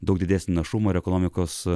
daug didesnį našumą ir ekonomikos